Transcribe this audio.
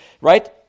right